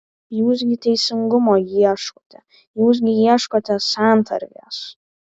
jūs gi teisingumo ieškote jūs gi ieškote santarvės